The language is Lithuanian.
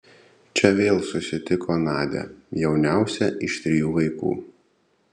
čia vėl susitiko nadią jauniausią iš trijų vaikų